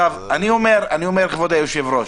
כבוד היושב-ראש,